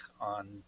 on